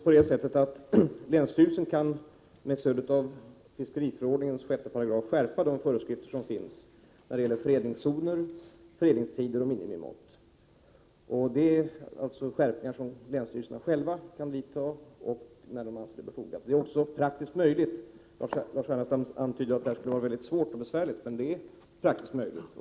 Herr talman! Länsstyrelsen kan, med stöd av fiskeriförordningens 6 §, skärpa de föreskrifter som finns när det gäller fredningszoner, fredningstider och minimimått. Dessa skärpningar kan alltså länsstyrelserna själva införa när de anser det befogat. Lars Ernestam antydde att detta skulle vara mycket svårt och besvärligt. Men det är praktiskt möjligt.